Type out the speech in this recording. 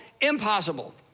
impossible